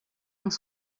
dans